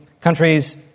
countries